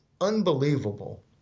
unbelievable